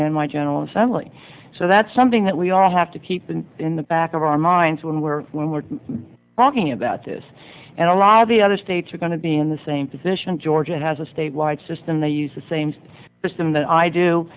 and my general assembly so that's something that we all have to keep in in the back of our minds when we're when we're walking about this and a lot of the other states are going to be in the same position georgia has a statewide system they use the same with them than i do